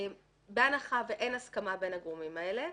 בהנחה ואין הסכמה בין הגורמים האלה,